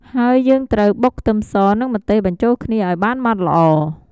ហើយយើងត្រូវបុកខ្ទឹមស និងម្ទេសបញ្ចូលគ្នាឱ្យបានម៉ដ្ឋល្អ។